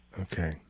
okay